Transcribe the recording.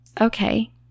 Okay